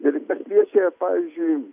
ir kas liečia pavyzdžiui